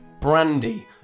Brandy